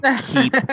keep